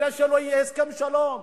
כדי שלא יהיה הסכם שלום,